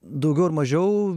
daugiau ar mažiau